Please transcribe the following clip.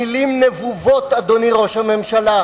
מלים נבובות, אדוני ראש הממשלה.